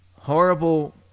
horrible